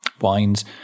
Wines